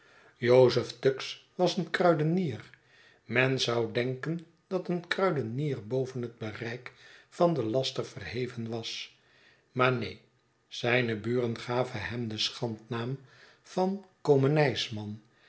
joseph tuggs was een kruidenier men zou denken dat een kruidenier boven het bereik van den laster verheven was maar neen zijne buren gaven hem den schandnaam van komenysman